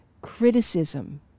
criticism